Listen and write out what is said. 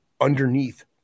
underneath